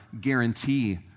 guarantee